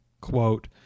Quote